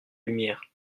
lumière